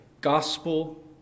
gospel